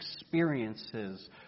experiences